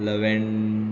लवॅन